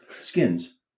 Skins